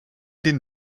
den